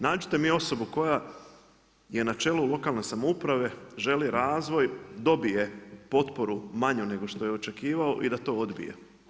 Nađite mi osobu koja je na čelu lokalne samouprave želi razvoj, dobije potporu manju nego što je očekivao i da to odbije.